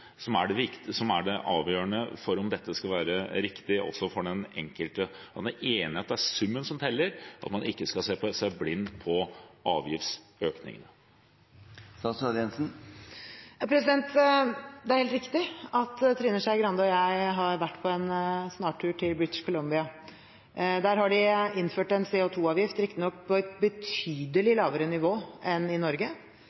som er det avgjørende for om dette skal være riktig også for den enkelte. Er statsråden enig i at det er summen som teller, og at man ikke skal se seg blind på avgiftsøkningen? Det er helt riktig at Trine Skei Grande og jeg har vært på en snartur til British Columbia. Der har de innført en CO 2 -avgift – riktignok på et betydelig